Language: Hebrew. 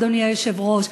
אדוני היושב-ראש,